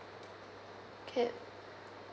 can